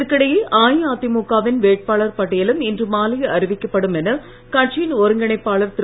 இதற்கிடையே அஇஅதிமுக வின் வேட்பாளர் பட்டியலும் இன்று மாலையே அறிவிக்கப்படும் என கட்சியின் ஒருங்கிணைப்பாளர் திரு